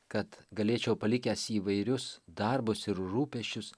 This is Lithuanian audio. kad galėčiau palikęs įvairius darbus ir rūpesčius